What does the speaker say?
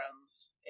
friends